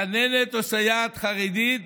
גננת או סייעת חרדית